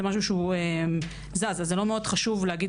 זה משהו שהוא זז אז זה לא מאוד חשוב להגיד